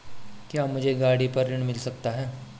क्या मुझे गाड़ी पर ऋण मिल सकता है?